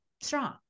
strong